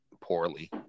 poorly